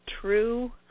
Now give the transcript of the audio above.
true